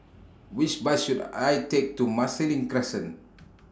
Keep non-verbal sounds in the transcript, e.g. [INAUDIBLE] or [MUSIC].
Which Bus should I Take to Marsiling Crescent [NOISE]